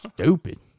stupid